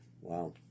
Wow